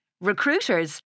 Recruiters